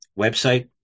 website